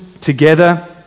together